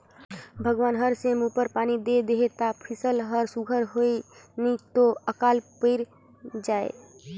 भगवान हर समे उपर पानी दे देहे ता फसिल हर सुग्घर होए नी तो अकाल पइर जाए